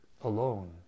alone